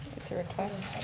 it's a request.